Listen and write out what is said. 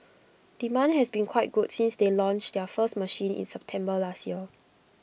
demand has been quite good since they launched their first machine in September last year